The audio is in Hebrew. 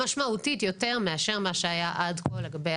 משמעותית יותר מה שהיה עד כה לגבי